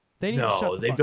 No